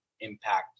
impact